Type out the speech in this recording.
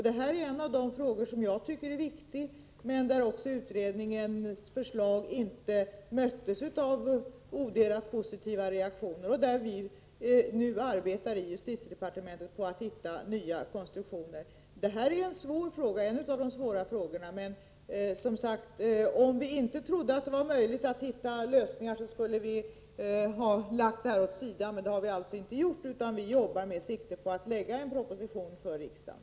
Det är en av de frågor som jag anser vara viktiga. Men beträffande denna fråga möttes inte utredningens förslag av odelat positiva reaktioner. Därför arbetar vi nu i justitiedepartementet med att försöka hitta nya konstruktioner. Det här är en av de svåra frågorna. Om vi inte trodde att det var möjligt att lösa alla dessa frågor skulle vi ha lagt dem åt sidan, men det har vi alltså inte gjort, utan vi arbetar med siktet inställt på att lägga fram en proposition för riksdagen.